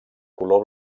color